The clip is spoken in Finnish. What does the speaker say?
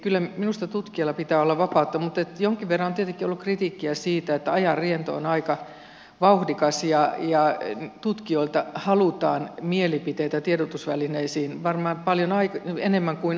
kyllä minusta tutkijalla pitää olla vapautta mutta jonkin verran on tietenkin ollut kritiikkiä siitä että ajan riento on aika vauhdikas ja tutkijoilta halutaan mielipiteitä tiedotusvälineisiin varmaan paljon enemmän kuin aikaisemmin